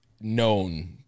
known